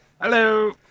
Hello